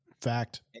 Fact